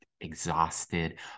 exhausted